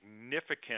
significant